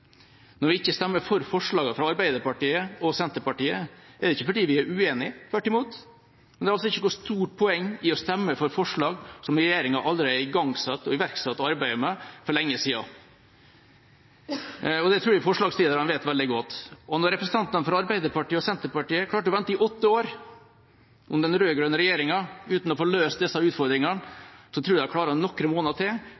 Når vi ikke stemmer for forslagene fra Arbeiderpartiet og Senterpartiet, er det ikke fordi vi er uenige – tvert imot – men det er ikke noe stort poeng i å stemme for forslag til endringer som regjeringa allerede har iverksatt arbeidet med for lenge siden. Det tror jeg forslagsstillerne vet veldig godt. Når representantene fra Arbeiderpartiet og Senterpartiet, med den rød-grønne regjeringa, klarte å vente i åtte år med å få løst disse utfordringene, tror jeg de klarer noen måneder til,